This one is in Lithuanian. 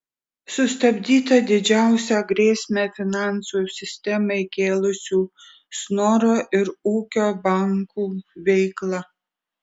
sustabdyta didžiausią grėsmę finansų sistemai kėlusių snoro ir ūkio bankų veikla